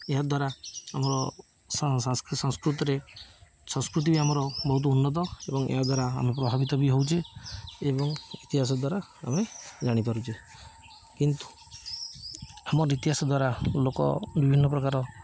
ଏହାଦ୍ୱାରା ଆମର ସଂ ସଂସ୍କୃତ ସଂସ୍କୃତରେ ସଂସ୍କୃତି ବି ଆମର ବହୁତ ଉନ୍ନତ ଏବଂ ଏହାଦ୍ୱାରା ଆମେ ପ୍ରଭାବିତ ବି ହଉଛେ ଏବଂ ଇତିହାସ ଦ୍ୱାରା ଆମେ ଜାଣିପାରୁଛେ କିନ୍ତୁ ଆମର ଇତିହାସ ଦ୍ୱାରା ଲୋକ ବିଭିନ୍ନ ପ୍ରକାର